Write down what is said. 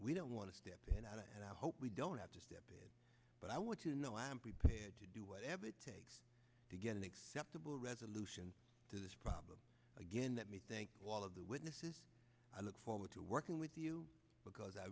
we don't want to step in and i hope we don't have to step in but i want to know i am prepared to do whatever it takes to get an acceptable resolution to this problem again that me thank all of the witnesses i look forward to working with you because i